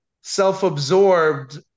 self-absorbed